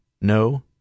no